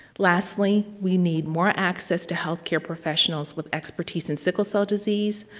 lastly, we need more access to healthcare professionals with expertise in sickle cell disease,